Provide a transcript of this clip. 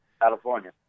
California